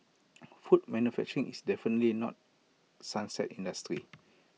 food manufacturing is definitely not sunset industry